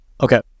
Okay